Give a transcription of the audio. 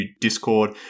discord